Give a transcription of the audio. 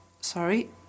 sorry